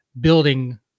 building